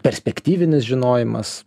perspektyvinis žinojimas